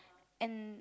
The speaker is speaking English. and